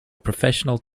professional